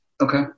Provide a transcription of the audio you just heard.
Okay